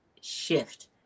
shift